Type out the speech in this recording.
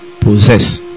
possess